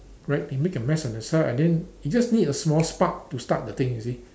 right they make a mess on themselves and then it just need a small spark to start the thing you see